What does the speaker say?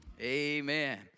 Amen